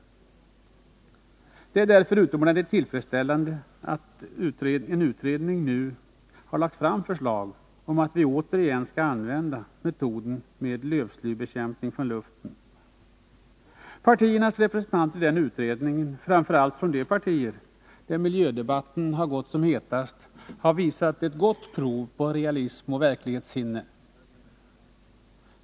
Det är därför utomordentligt tillfredsställande att en enig utredning nu har framlagt förslag om att vi återigen skall få använda metoden med lövslybekämpning från luften. Partiernas representanter i den utredningen, framför allt representanterna för de partier där miljödebatten har gått som hetast, har visat ett gott prov på realism och verklighetssinne.